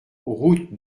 route